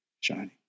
shining